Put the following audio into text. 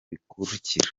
bikurikira